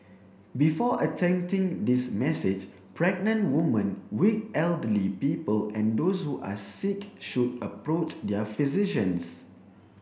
before attempting this message pregnant woman weak elderly people and those who are sick should approach their physicians